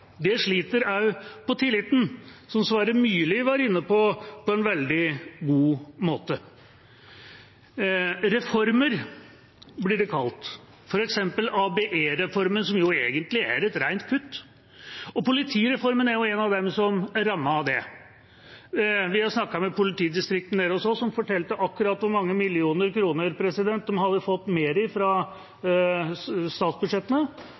Det sliter også på tilliten, som Sverre Myrli på en veldig god måte var inne på. Reformer blir det kalt, f.eks. ABE-reformen, som egentlig er et rent kutt. Politireformen er blant dem som blir rammet av det. Vi har snakket med politidistriktet nede hos oss, som fortalte akkurat hvor mange millioner kroner de hadde fått mer fra statsbudsjettene,